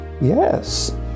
yes